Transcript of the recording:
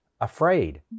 afraid